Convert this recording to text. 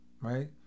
right